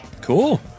Cool